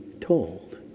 told